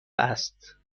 است